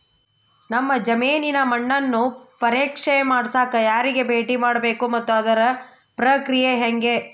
ನಮ್ಮ ಜಮೇನಿನ ಮಣ್ಣನ್ನು ಪರೇಕ್ಷೆ ಮಾಡ್ಸಕ ಯಾರಿಗೆ ಭೇಟಿ ಮಾಡಬೇಕು ಮತ್ತು ಅದರ ಪ್ರಕ್ರಿಯೆ ಹೆಂಗೆ?